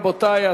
רבותי,